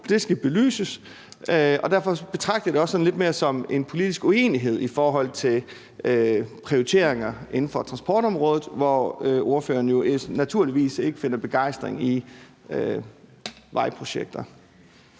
skal belyses, og derfor betragter jeg det også sådan lidt mere som en politisk uenighed i forhold til prioriteringer inden for transportområdet, hvor spørgeren jo naturligvis ikke har begejstring for vejprojekter.